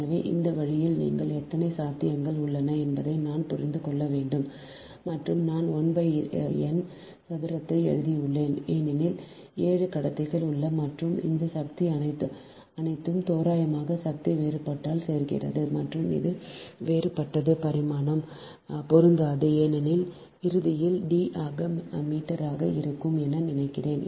எனவே இந்த வழியில் நீங்கள் எத்தனை சாத்தியங்கள் உள்ளன என்பதை நான் புரிந்து கொள்ள வேண்டும் மற்றும் நான் 1 n சதுரத்தை எழுதியுள்ளேன் ஏனெனில் 7 கடத்திகள் உள்ளன மற்றும் இந்த சக்தி அனைத்தும் தோராயமாக சக்தி வேறுபட்டால் சேர்க்கிறது மற்றும் இது வேறுபட்டது பரிமாணம் பொருந்தாது ஏனெனில் இறுதியில் D அது மீட்டராக இருக்கும் என நினைக்கிறேன்